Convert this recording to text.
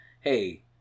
hey